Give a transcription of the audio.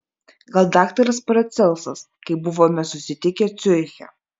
gal daktaras paracelsas kai buvome susitikę ciuriche